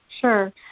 Sure